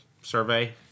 survey